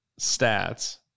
stats